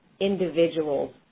individuals